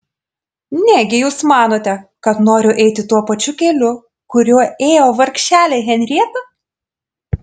negi jūs manote kad noriu eiti tuo pačiu keliu kuriuo ėjo vargšelė henrieta